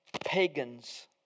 Pagans